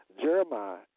Jeremiah